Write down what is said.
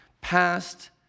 past